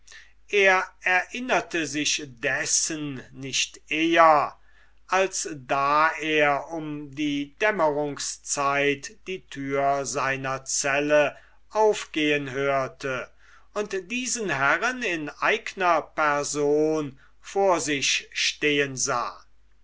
er erinnerte sich dessen nicht eher als da er um die dämmerungszeit die türe seiner zelle aufgehen hörte und den nomophylax in eigner person vor sich stehen sah